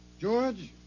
George